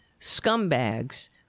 scumbags